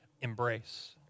embrace